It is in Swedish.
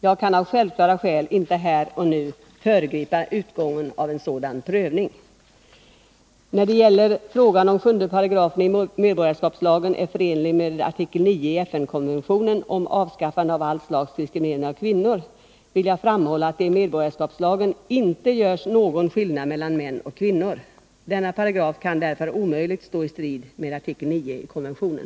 Jag kan av självklara skäl inte här och nu föregripa utgången av en sådan prövning. När det gäller frågan om 7 § i medborgarskapslagen är förenlig med artikel 9 i FN-konventionen om avskaffande av allt slags diskriminering av kvinnor vill jag framhålla att det i medborgarskapslagen inte görs någon skillnad mellan män och kvinnor. Denna paragraf kan därför omöjligt stå i strid med artikel 9 i konventionen.